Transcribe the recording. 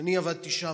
אני עבדתי שם,